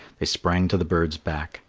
they sprang to the bird's back,